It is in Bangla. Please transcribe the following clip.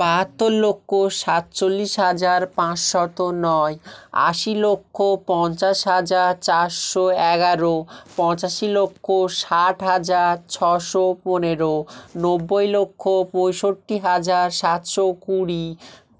বাহাত্তর লক্ষ সাতচল্লিশ হাজার পাঁচশত নয় আশি লক্ষ পঞ্চাশ হাজার চারশো এগারো পঁচাশি লক্ষ ষাট হাজার ছশো পনেরো নব্বই লক্ষ পঁয়ষট্টি হাজার সাতশো কুড়ি